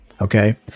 Okay